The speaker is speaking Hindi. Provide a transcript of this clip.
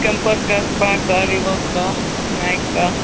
कैंपस का इस्पार्क का रीबोक का नाइक का